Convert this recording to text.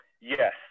Yes